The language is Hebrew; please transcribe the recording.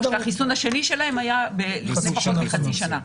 שהחיסון השני שלהם היה לפני פחות מחצי שנה.